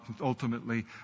ultimately